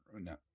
no